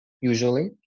Usually